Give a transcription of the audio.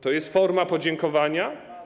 To jest forma podziękowania?